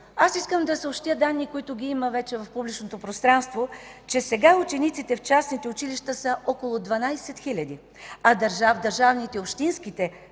Аз искам да съобщя данни, които ги има вече в публичното пространство, че сега учениците в частните училища са около 12 хиляди, а в държавните и общинските